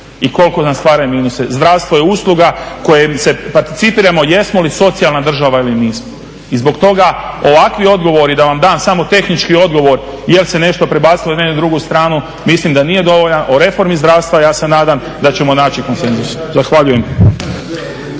i koliko nam stvara minuse. Zdravstvo je usluga kojom se participiramo jesmo li socijalna država ili nismo. I zbog toga ovakvi odgovori da vam dam samo tehnički odgovor jel se nešto prebacilo na jednu drugu stranu mislim da nije dovoljan. O reformi zdravstva ja se nadam da ćemo naći konsenzus. Zahvaljujem.